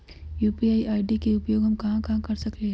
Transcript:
UPI ID के उपयोग हम कहां कहां कर सकली ह?